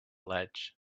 ledge